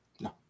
No